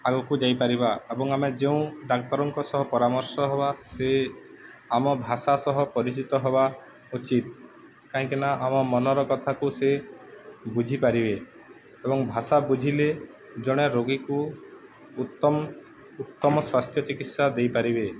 ଆଗକୁ ଯାଇପାରିବା ଏବଂ ଆମେ ଯେଉଁ ଡାକ୍ତରଙ୍କ ସହ ପରାମର୍ଶ ହବା ସେ ଆମ ଭାଷା ସହ ପରିଚିତ ହବା ଉଚିତ କାହିଁକିନା ଆମ ମନର କଥାକୁ ସେ ବୁଝିପାରିବେ ଏବଂ ଭାଷା ବୁଝିଲେ ଜଣେ ରୋଗୀକୁ ଉତ୍ତମ ଉତ୍ତମ ସ୍ୱାସ୍ଥ୍ୟ ଚିକିତ୍ସା ଦେଇପାରିବେ